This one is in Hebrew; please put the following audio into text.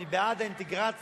אני בעד האינטגרציה.